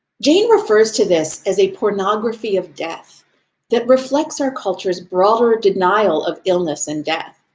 jain refers to this as a pornography of death that reflects our culture's broader denial of illness and death.